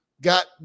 got